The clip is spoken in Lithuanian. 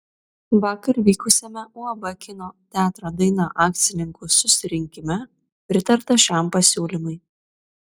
vakar vykusiame uab kino teatro daina akcininkų susirinkime pritarta šiam pasiūlymui